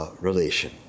relation